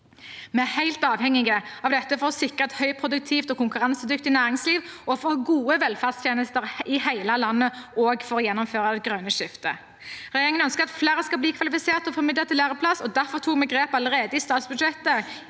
Vi er helt avhengige av dette for å sikre et høyproduktivt og konkurransedyktig næringsliv, for å ha gode velferdstjenester i hele landet og for å gjennomføre det grønne skiftet. Regjeringen ønsker at flere skal bli kvalifisert og få muligheten til læreplass, og derfor tok vi grep allerede i statsbudsjettet